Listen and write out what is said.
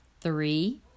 Three